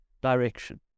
direction